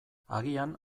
agian